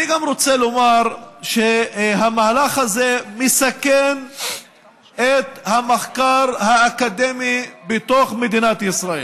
אני גם רוצה לומר שהמהלך הזה מסכן את המחקר האקדמי בתוך מדינת ישראל.